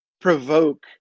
provoke